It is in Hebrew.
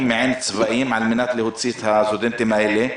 מעין-צבאיים על מנת להוציא את הסטודנטים האלה.